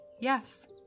Yes